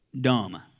Dumb